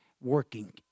working